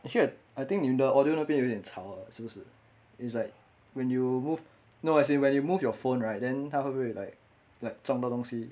actually I I think 你的 audio 那边有点长了是不是 it's like when you move no as in when you move your phone right then 他会不会 like like 撞到东西